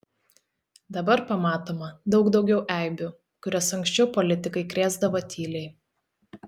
dabar pamatoma daug daugiau eibių kurias anksčiau politikai krėsdavo tyliai